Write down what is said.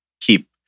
keep